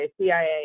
CIA